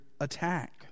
attack